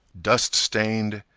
dust-stained,